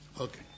Okay